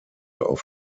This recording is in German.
auf